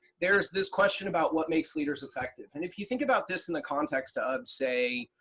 there's this question about what makes leaders effective, and if you think about this in the context ah of say,